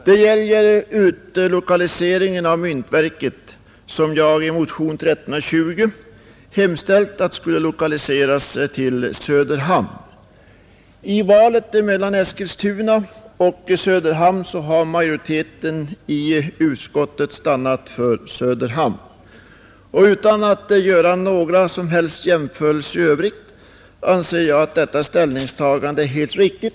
Det gäller här utlokaliseringen av myntoch justeringsverket, som jag i motionen 1320 Onsdagen den och Söderhamn har majoriteten i utskottet stannat för Söderhamn, och 26 maj 1971 utan att göra några som helst jämförelser anser jag att detta ställningstagande är helt riktigt.